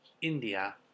India